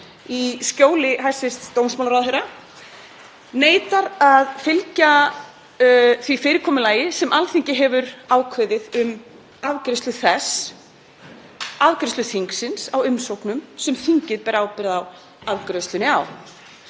í skjóli hæstv. dómsmálaráðherra, neita að fylgja því fyrirkomulagi sem Alþingi hefur ákveðið um afgreiðslu þingsins á umsóknum sem þingið ber ábyrgð á afgreiðslunni á.